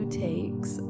takes